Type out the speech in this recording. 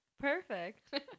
perfect